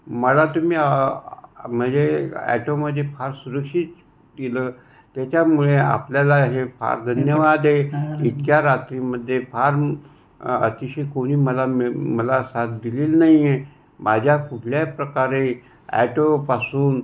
मला तुम्ही म्हणजे ॲटोमध्ये फार सुरक्षित दिलं त्याच्यामुळे आपल्याला हे फार धन्यवाद हे इतक्या रात्रीमध्ये फार अतिशय कोणी मला मला साथ दिलेली नाही आहे माझ्या कुठल्या प्रकारे ॲटोपासून